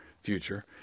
future